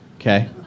Okay